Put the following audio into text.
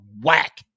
whack